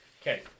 okay